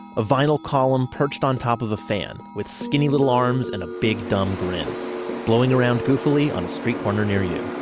a vinyl column perched on top of a fan, with skinny little arms and a big dumb grin blowing around goofily on the street corner near you.